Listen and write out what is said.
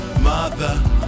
mother